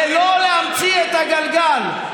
ולא להמציא את הגלגל.